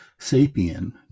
sapien